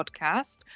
podcast